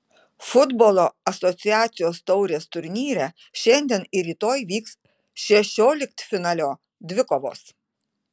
futbolo asociacijos taurės turnyre šiandien ir rytoj vyks šešioliktfinalio dvikovos